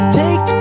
take